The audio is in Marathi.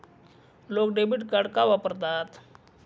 लोक डेबिट कार्ड का वापरतात?